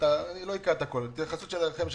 לא אקרא את הכול: ההתייחסות שלכם של